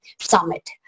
summit